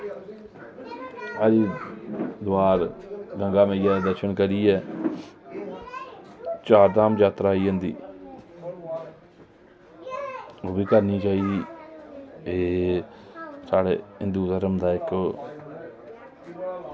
हरिद्वार भी गंगा मैया दे दर्शन करियै चार धाम जात्तरा आई जंदी ओह्बी करनी चाहिदी ते साढ़े हिंदु धर्म दा इक्क